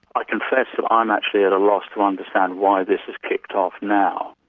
i confess that i'm actually at a loss to understand why this has kicked off now.